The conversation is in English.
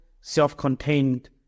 self-contained